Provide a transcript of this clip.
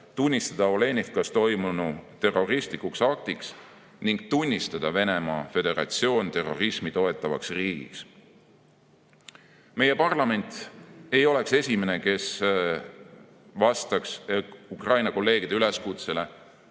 tunnistada Olenivkas toimunu terroristlikuks aktiks ning tunnistada Venemaa Föderatsioon terrorismi toetavaks riigiks. Meie parlament ei oleks esimene, kes vastaks Ukraina kolleegide üleskutsele